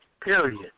Period